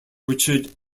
richard